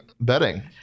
betting